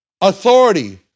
Authority